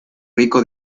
rico